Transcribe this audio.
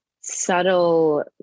subtle